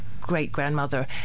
great-grandmother